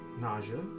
Nausea